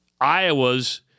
Iowa's